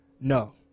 no